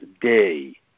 day